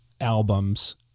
albums